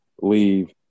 leave